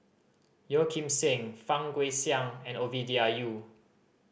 Yeo Kim Seng Fang Guixiang and Ovidia Yu